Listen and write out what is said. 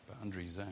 boundaries